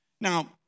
Now